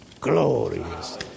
glorious